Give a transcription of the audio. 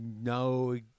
no